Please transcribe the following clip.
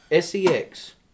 sex